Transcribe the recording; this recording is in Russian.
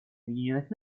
объединенных